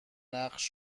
نقش